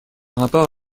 rapport